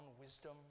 wisdom